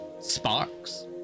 sparks